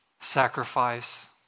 sacrifice